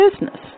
business